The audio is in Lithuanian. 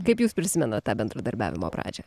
kaip jūs prisimenat tą bendradarbiavimo pradžią